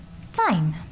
Fine